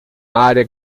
área